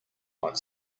like